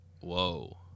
Whoa